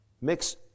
mix